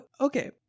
okay